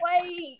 Wait